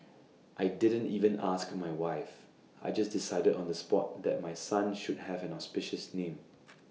I didn't even ask my wife I just decided on the spot that my son should have an auspicious name